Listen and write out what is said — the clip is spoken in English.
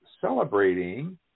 celebrating